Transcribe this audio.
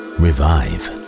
revive